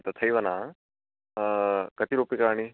तथैव ना कति रूप्यकाणि